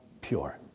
pure